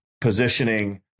positioning